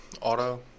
auto